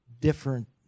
different